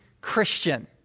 Christian